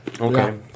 Okay